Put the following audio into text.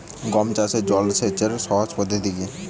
গম চাষে জল সেচের সহজ পদ্ধতি কি?